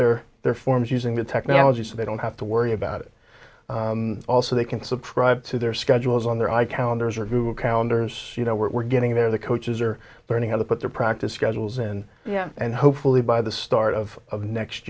their their forms using the technology so they don't have to worry about it all so they can subscribe to their schedules on their i counter google calendars you know we're getting there the coaches are learning how to put their practice schedules and yeah and hopefully by the start of next